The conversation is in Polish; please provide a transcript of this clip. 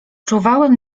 czuwałem